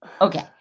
Okay